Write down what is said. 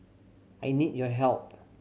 I need your help